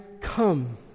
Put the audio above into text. come